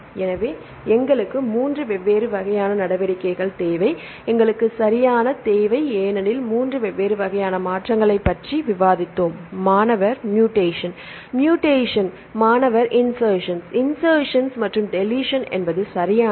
எனவே எங்களுக்கு 3 வெவ்வேறு வகையான நடவடிக்கைகள் தேவை எங்களுக்கு சரியான தேவை ஏனெனில் 3 வெவ்வேறு வகையான மாற்றங்களைப் பற்றி விவாதித்தோம் மாணவர்மூடேசன் மூடேசன் மாணவர் இன்செர்ஸ்சன் இன்செர்ஸ்சன் மற்றும் டெலிஷன் என்பது சரியானது